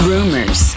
Rumors